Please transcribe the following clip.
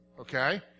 Okay